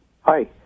Hi